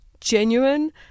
genuine